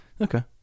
okay